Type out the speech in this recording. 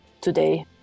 today